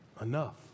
enough